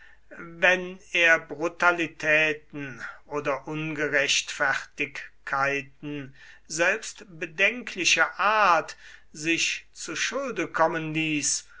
wenn er brutalitäten oder unrechtfertigkeiten selbst bedenklicher art sich zu schulden kommen ließ